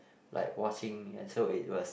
like watching ya so it was